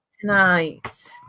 tonight